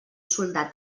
soldat